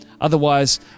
Otherwise